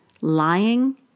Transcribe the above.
lying